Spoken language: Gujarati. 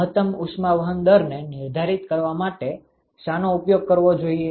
મહત્તમ ઉષ્માવહન દરને નિર્ધારિત કરવા માટે શાનો ઉપયોગ કરવો જોઈએ